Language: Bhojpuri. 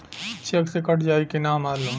चेक से कट जाई की ना हमार लोन?